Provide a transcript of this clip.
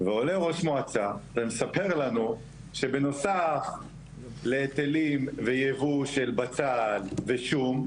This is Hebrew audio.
ועולה ראש מועצה ומספר לנו שבנוסף להיטלים ויבוא של בצל ושום,